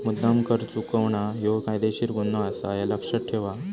मुद्द्दाम कर चुकवणा ह्यो कायदेशीर गुन्हो आसा, ह्या लक्ष्यात ठेव हां